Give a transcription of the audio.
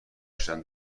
شدن